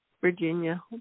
Virginia